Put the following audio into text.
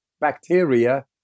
bacteria